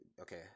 okay